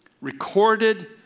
recorded